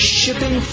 shipping